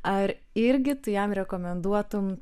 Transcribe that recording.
ar irgi tu jam rekomenduotum